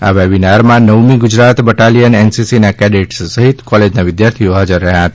આ વેબીનાર માં નવમી ગુજરાત બટાલિયન એનસીસી ના કડેટ્સ સહિત કોલેજ ના વિધાર્થીઓ હજાર રહ્યા હતા